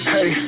Hey